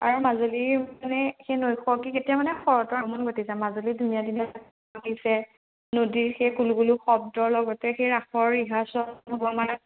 আৰু মাজুলীৰ মানে সেই নৈসৰ্গিক এতিয়া মানে শৰতৰ আমন ঘটিছে মাজুলী ধুনীয়া ধুনীয়া নদীৰ সেই কুলুকুলু শব্দৰ লগতে সেই ৰাসৰ ৰিহাচন হ'ব মানে